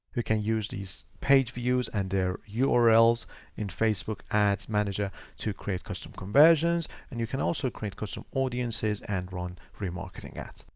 we can use these page views and their ah urls in facebook ads manager to create custom conversions, and you can also create custom audiences and run remarketing ads.